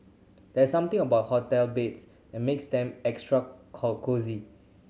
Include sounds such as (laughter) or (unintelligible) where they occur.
there's something about hotel beds that makes them extra (unintelligible) cosy